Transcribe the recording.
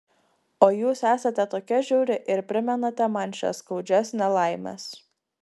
o jūs esate tokia žiauri ir primenate man šias skaudžias nelaimes